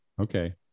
Okay